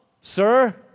sir